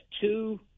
two